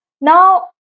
Now